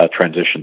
transition